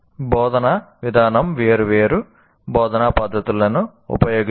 బోధనా విధానం వేర్వేరు బోధనా పద్ధతులను ఉపయోగిస్తుంది